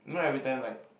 you know every time like